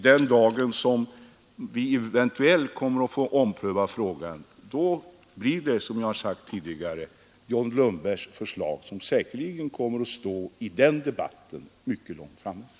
den dag vi eventuellt får ompröva frågan kommer — som jag tidigare sagt — John Lundbergs förslag att ligga mycket långt framme.